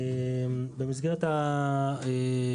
במסגרת הפעולות,